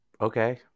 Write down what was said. Okay